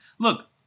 Look